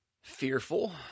fearful